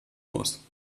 muss